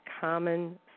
common